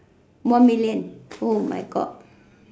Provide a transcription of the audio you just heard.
one million oh my God